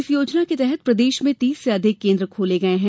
इस योजना के तहत प्रदेश में तीस से अधिक केन्द्र खोले गये है